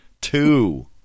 Two